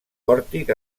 pòrtic